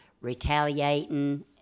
retaliating